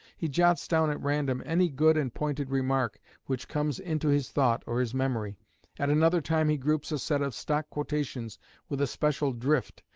he jots down at random any good and pointed remark which comes into his thought or his memory at another time he groups a set of stock quotations with a special drift,